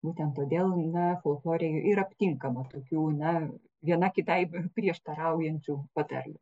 būtent todėl na folklore ir aptinkama tokių na viena kitai prieštaraujančių patarlių